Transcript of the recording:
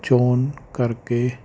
ਚੋਣ ਕਰਕੇ